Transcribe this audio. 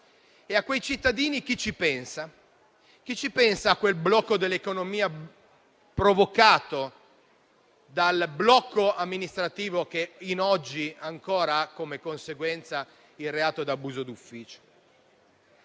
A quei cittadini chi ci pensa? Chi pensa a quel blocco dell'economia provocato dal blocco amministrativo che è ancora oggi conseguenza del reato d'abuso d'ufficio?